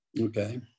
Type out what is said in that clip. okay